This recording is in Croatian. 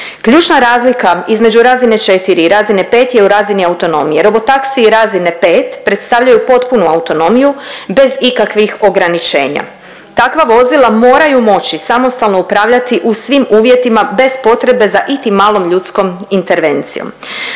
Ključna razlika između razine 4 i razine 5 je u razini autonomije. Robotaksiji razine 5 predstavljaju potpunu autonomiju bez ikakvih ograničenja. Takva vozila moraju moći samostalno upravljati u svim uvjetima bez potrebe za iti malom ljudskom intervencijom.